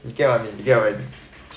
you get what I mean you get what I mean